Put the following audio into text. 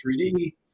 3D